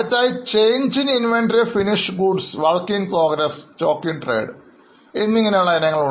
അടുത്തതായി change in inventory of finished goods work in progress stock in trade എന്നിങ്ങനെ വളരെ രസകരമായ ഇനങ്ങളാണ്